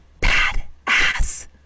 badass